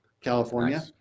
California